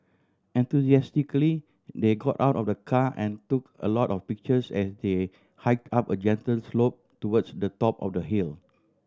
enthusiastically they got out of the car and took a lot of pictures as they hike up a gentle slope towards the top of the hill